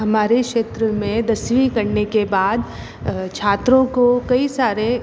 हमारे क्षेत्र में दसवीं करने के बाद छात्रों को कई सारे